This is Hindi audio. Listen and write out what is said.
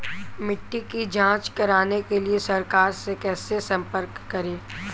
मिट्टी की जांच कराने के लिए सरकार से कैसे संपर्क करें?